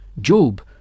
Job